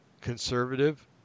conservative